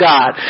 God